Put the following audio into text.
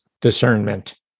discernment